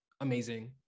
Amazing